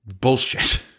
Bullshit